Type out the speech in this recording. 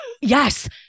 yes